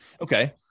Okay